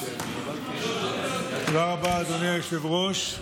תודה רבה, אדוני היושב-ראש.